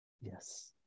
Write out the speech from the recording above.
Yes